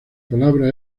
palabra